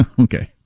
Okay